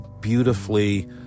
beautifully